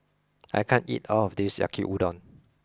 I can't eat all of this Yaki Udon